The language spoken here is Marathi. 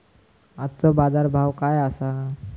आजचो बाजार भाव काय आसा?